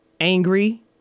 Angry